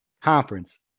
conference